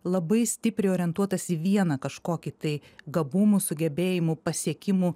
labai stipriai orientuotas į vieną kažkokį tai gabumų sugebėjimų pasiekimų